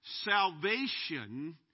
salvation